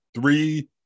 three